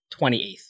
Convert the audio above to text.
28th